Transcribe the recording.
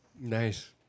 Nice